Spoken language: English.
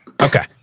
Okay